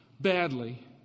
badly